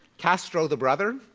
castro the brother,